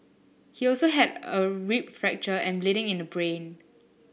he also had a rib fracture and bleeding in the brain